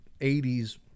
80s